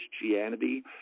Christianity